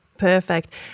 Perfect